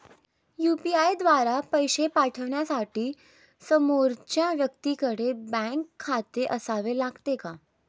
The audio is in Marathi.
यु.पी.आय द्वारा पैसे पाठवण्यासाठी समोरच्या व्यक्तीकडे बँक खाते असावे लागते का?